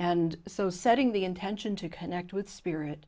and so setting the intention to connect with spirit